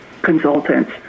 Consultants